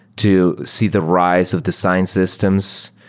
to see the rise of the science systems,